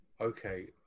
Okay